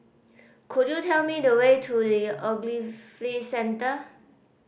could you tell me the way to The Ogilvy Centre